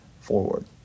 forward